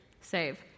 save